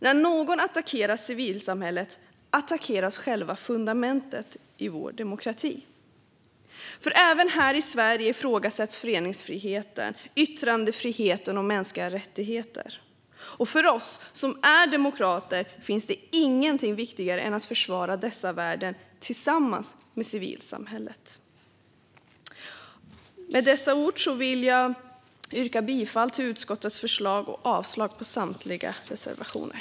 När någon attackerar civilsamhället attackeras själva fundamentet i vår demokrati. Även här i Sverige ifrågasätts föreningsfriheten, yttrandefriheten och de mänskliga rättigheterna. För oss som är demokrater finns inget viktigare än att försvara dessa värden tillsammans med civilsamhället. Med dessa ord vill jag yrka bifall till utskottets förslag och avslag på samtliga reservationer.